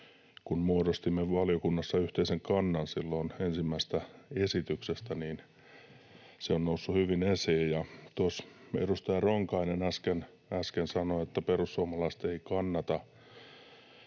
kun muodostimme valiokunnassa yhteisen kannan silloin ensimmäisestä esityksestä, se on noussut hyvin esiin. Tuossa edustaja Ronkainen äsken sanoi, että perussuomalaiset eivät kannata